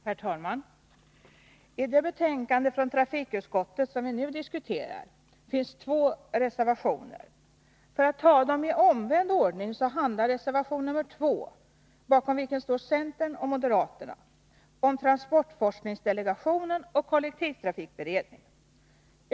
Herr talman! I det betänkande från trafikutskottet som vi nu diskuterar finns två reservationer. Låt mig ta dem i omvänd ordning. Reservation 2, bakom vilken står centern och moderaterna, handlar om transportforskningsdelegationen och kollektivtrafikberedningen.